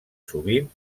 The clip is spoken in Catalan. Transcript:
sovint